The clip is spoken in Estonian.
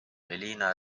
elina